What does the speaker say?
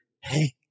hey